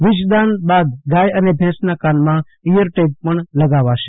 બીજદાન બાદ ગાય અને ભેસના કાનમાં ઇઅર ટેગ પણ લગાડશે